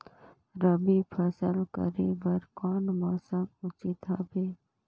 रबी फसल करे बर कोन मौसम उचित हवे?